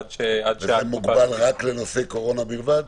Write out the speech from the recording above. עד -- וזה מוגבל רק לנושא קורונה בלבד?